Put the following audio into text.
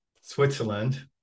switzerland